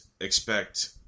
expect